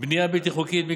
בנייה בלתי חוקית ברחבי הנגב,